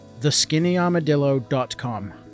theskinnyarmadillo.com